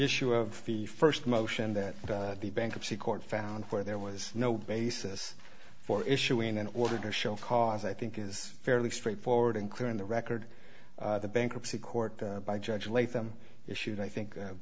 issue of the first motion that the bankruptcy court found where there was no basis for issuing an order to show cause i think is fairly straightforward and clear in the record the bankruptcy court by judge late them issued i think